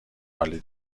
عالی